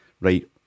Right